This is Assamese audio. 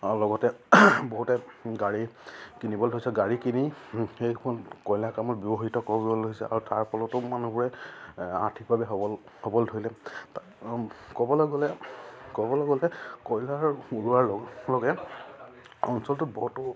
আৰু লগতে বহুতে গাড়ী কিনিবলৈ ধৰিছে গাড়ী কিনি সেইখন কয়লা কামত ব্যৱহৃত কৰিবলৈ ধৰিছে আৰু তাৰফলতো মানুহবোৰে আৰ্থিকভাৱে সবল হ'বলৈ ধৰিলে ক'বলৈ গ'লে ক'বলৈ গ'লে কয়লাৰ লগে লগে অঞ্চলটো বহুতো